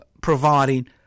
providing